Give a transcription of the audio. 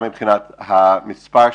גם מבחינת מספר העובדים,